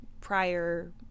prior